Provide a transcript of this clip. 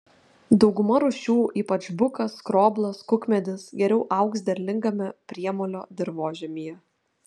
dauguma rūšių ypač bukas skroblas kukmedis geriau augs derlingame priemolio dirvožemyje